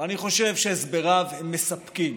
ואני חושב שהסבריו הם מספקים.